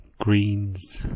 greens